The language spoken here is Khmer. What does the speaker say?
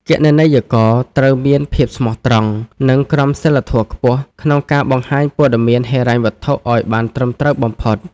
គណនេយ្យករត្រូវមានភាពស្មោះត្រង់ និងក្រមសីលធម៌ខ្ពស់ ក្នុងការបង្ហាញព័ត៌មានហិរញ្ញវត្ថុឱ្យបានត្រឹមត្រូវបំផុត។